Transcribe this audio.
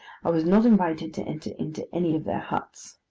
i was not invited to enter into any of their huts.